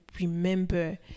remember